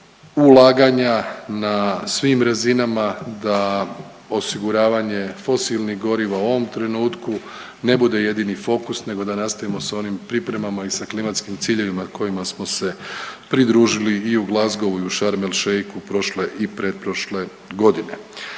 ulaganja na svim razinama da osiguravanje fosilnih goriva u ovom trenutku ne bude jedini fokus nego da nastavimo s onim pripremama i sa klimatskim ciljevima kojima smo se pridružili i u Glasgowu i u Sharm el-Sheikhu prošle i pretprošle godine.